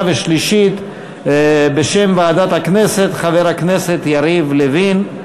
ושלישית בשם ועדת הכנסת חבר הכנסת יריב לוין.